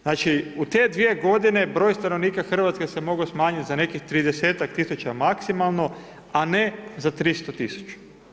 Znači u te dvije godine broj stanovnika Hrvatske se mogao smanjiti za nekih 30 tisuća maksimalno, a ne za 300 tisuća.